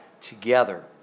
together